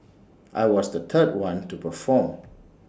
I was the third one to perform